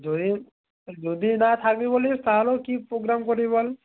যদি যদি না থাকবি বলিস তাহলেও কী প্রোগ্রাম করবি বল